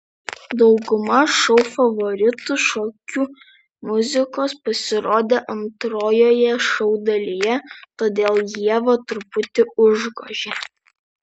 dauguma šou favoritų šokių muzikos pasirodė antrojoje šou dalyje todėl ievą truputį užgožė